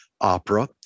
opera